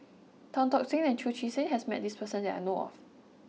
Tan Tock Seng and Chu Chee Seng has met this person that I know of